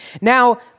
Now